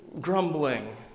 grumbling